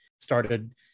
started